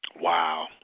Wow